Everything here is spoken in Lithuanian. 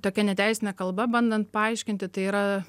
tokia neteisine kalba bandant paaiškinti tai yra